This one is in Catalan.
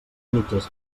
mitges